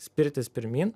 spirtis pirmyn